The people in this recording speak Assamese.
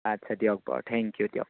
আচ্ছা দিয়ক বাৰু থেংক ইউ দিয়ক